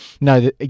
No